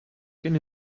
can